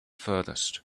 furthest